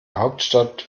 hauptstadt